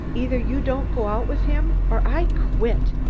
either you don't go out with him, or i quit.